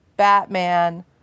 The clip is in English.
Batman